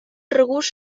regust